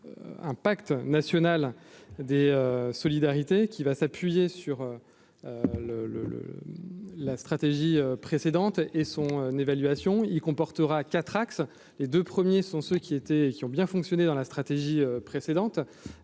un pacte national des solidarités qui va s'appuyer sur le le le la stratégie précédente et son n'évaluation il comportera 4 axes : les 2 premiers sont ceux qui étaient, qui ont bien fonctionné dans la stratégie précédente,